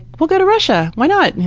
we'll go to russia! why not! and